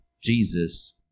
Jesus